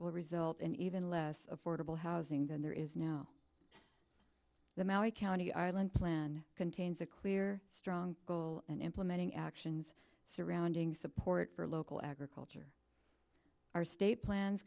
will result in even less of portable housing than there is now the maui county ireland plan contains a clear strong will and implementing actions surrounding support for local agriculture our state plans